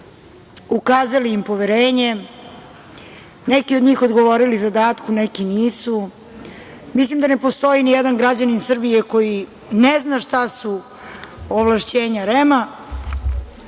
ukazali im poverenje. Neki od njih odgovorili zadatku, neki nisu. Mislim da ne postoji ni jedan građanin Srbije koji ne zna šta su ovlašćenja REM-a